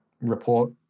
report